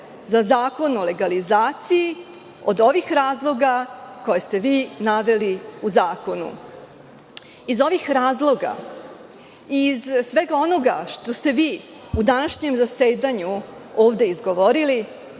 za zakon o legalizaciji od ovih razloga koje ste vi naveli u zakonu. Iz ovih razloga i iz svega onoga što ste vi u današnjem zasedanju ovde izgovorili